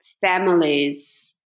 families